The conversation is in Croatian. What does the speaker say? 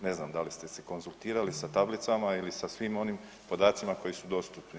Ne znam da li ste se konzultirali sa tablicama ili sa svim onim podacima koji su dostupni.